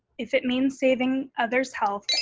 if it means saving others' health